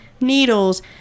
needles